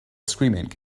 screaming